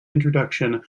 introduction